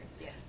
Yes